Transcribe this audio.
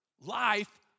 Life